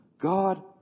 God